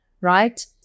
right